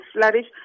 flourish